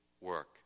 work